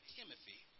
Timothy